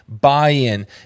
buy-in